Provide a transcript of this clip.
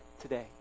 today